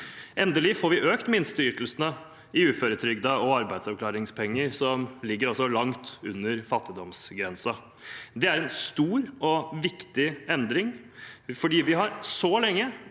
Endelig får vi økt minsteytelsene i uføretrygden og arbeidsavklaringspenger, som ligger langt under fattigdomsgrensa. Det er en stor og viktig endring. Vi har så lenge